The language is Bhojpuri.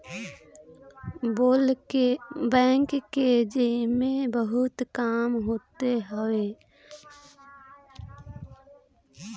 बैंक के जिम्मे बहुते काम होत हवे